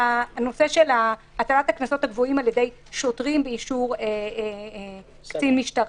הטלת הקנסות הגבוהים על ידי השוטרים באישור קצין משטרה.